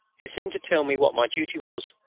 it seemed to tell me what my duty was,